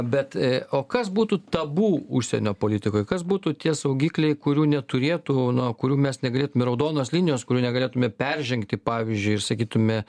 bet o kas būtų tabu užsienio politikoj kas būtų tie saugikliai kurių neturėtų na kurių mes negalėtume raudonos linijos kurių negalėtume peržengti pavyzdžiui ir sakytume